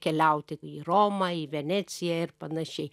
keliauti į romą į veneciją ir panašiai